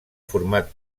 format